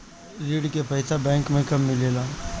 ऋण के पइसा बैंक मे कब मिले ला?